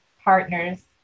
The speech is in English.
partners